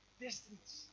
distance